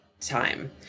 time